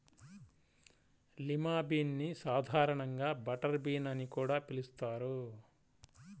lima bean ని సాధారణంగా butter bean అని కూడా పిలుస్తారు